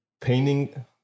painting